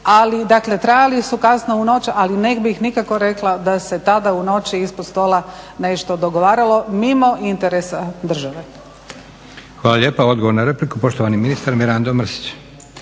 ali trajali su kasno u noć ali ne bih nikako rekla da se tada u noći ispod stola nešto dogovaralo mimo interesa države. **Leko, Josip (SDP)** Hvala lijepa. Odgovor na repliku, poštovani ministar Mirando Mrsić.